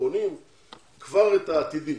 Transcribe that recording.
כשבונים כבר את העתידי,